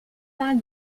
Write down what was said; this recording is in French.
parle